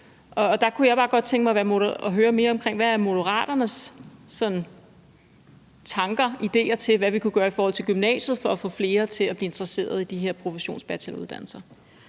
og der kunne jeg godt tænke mig at høre mere om, hvad Moderaternes tanker og idéer er til, hvad vi kunne gøre i forhold til gymnasiet for at få flere til at blive interesseret i de her professionsbacheloruddannelser.